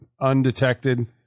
undetected